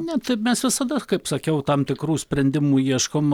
ne tai mes visada kaip sakiau tam tikrų sprendimų ieškom